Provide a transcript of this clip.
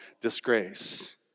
disgrace